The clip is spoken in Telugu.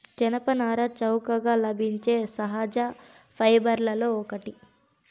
జనపనార చౌకగా లభించే సహజ ఫైబర్లలో ఒకటి